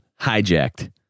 Hijacked